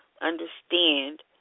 understand